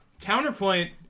Counterpoint